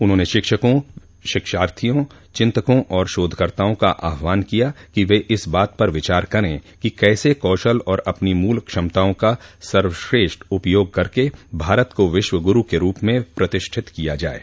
उन्होंने शिक्षकों शिक्षार्थियों चिंतकों और शोधकर्ताओं का आह्वान किया कि वे इस बात पर विचार करें कि कैसे कौशल और अपनी मूल क्षमताओं का सर्वश्रेष्ठ उपयोग करके भारत को विश्व गुरू के रूप में प्रतिष्ठित किया जाये